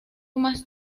más